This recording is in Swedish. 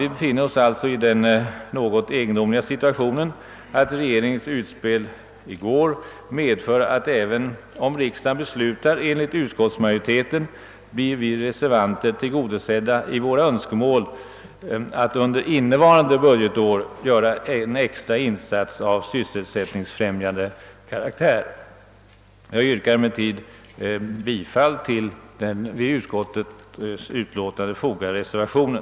Vi befinner oss alltså i den något egendomliga situationen att även om riksdagen beslutar i enlighet med utskottsmajoritetens förslag, så blir vi reservanter ändå efter regeringens utspel i går tillgodosedda i våra önskemål att man under innevarande budgetår skall göra en extra insats i sysselsättningsfrämjande syfte. Herr talman! Jag yrkar emellertid bifall till den vid utskottets utlåtande fogade reservationen.